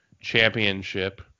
championship